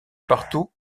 partout